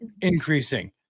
increasing